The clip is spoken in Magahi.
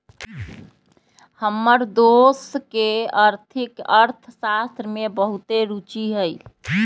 हमर दोस के आर्थिक अर्थशास्त्र में बहुते रूचि हइ